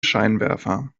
scheinwerfer